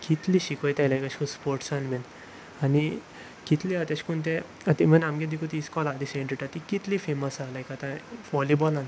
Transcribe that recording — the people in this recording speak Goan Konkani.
कितले शिकयता लायक अशें स्पोर्ट्सान बीन आनी कितले आसा तशे करून ते इवन आमचे देखून तें इस्कॉल आसा द सेंट रिटा ती कितली फेमस आसा लायक आतां वॉलीबॉलान